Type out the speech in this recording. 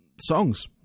songs